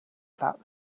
that